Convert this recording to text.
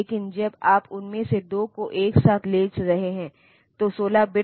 इसलिए पुराने दिनों में लोग लगभग याद करते थे